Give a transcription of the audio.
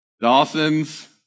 Dawson's